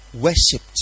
worshipped